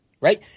Right